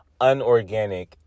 unorganic